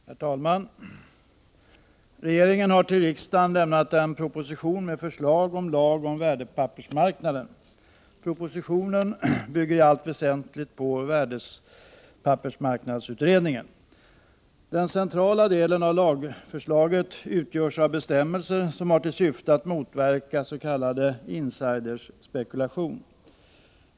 Herr talman! Regeringen har till riksdagen lämnat en proposition med förslag till lag om värdepappersmarknaden. Propositionen bygger i allt väsentligt på värdepappersmarknadsutredningen. Den centrala delen av lagförslaget utgörs av bestämmelser som har till syfte att motverka ”insider”-spekulation.